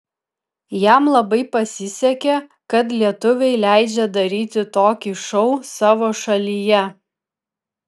jam labai pasisekė kad lietuviai leidžia daryti tokį šou savo šalyje